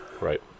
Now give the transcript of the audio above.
Right